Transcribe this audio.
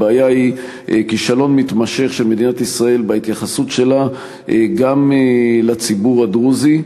הבעיה היא כישלון מתמשך של מדינת ישראל בהתייחסות שלה גם לציבור הדרוזי.